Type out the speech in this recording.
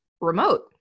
remote